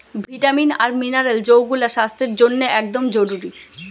vitamin আর mineral যৌগুলা স্বাস্থ্যের জন্যে একদম জরুরি